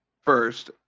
First